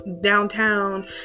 downtown